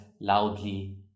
loudly